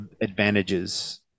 advantages